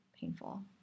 painful